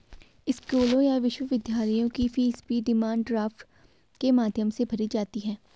स्कूलों या विश्वविद्यालयों की फीस भी डिमांड ड्राफ्ट के माध्यम से भरी जाती है